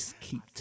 keep